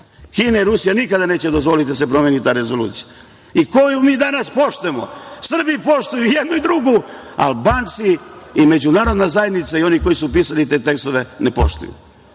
i Rusija nikad neće dozvoliti da se promeni ta rezolucija. I koju mi danas poštujemo? Srbi poštuju i jednu i drugu, Albanci i međunarodna zajednica i oni koji su pisali te tekstove ne poštuju. Kome